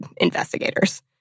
investigators